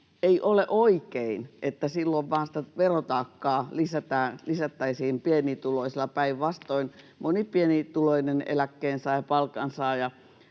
ei ole oikein, että silloin sitä verotaakkaa vain lisättäisiin pienituloisilla, päinvastoin moni pienituloinen eläkkeensaaja, palkansaaja